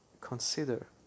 consider